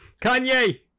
Kanye